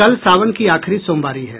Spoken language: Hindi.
कल सावन की आखिरी सोमवारी है